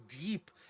deep